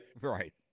Right